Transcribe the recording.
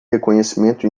reconhecimento